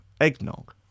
eggnog